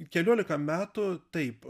keliolika metų taip